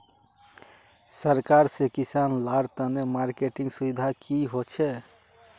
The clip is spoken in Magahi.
सरकार से किसान लार तने मार्केटिंग सुविधा की होचे?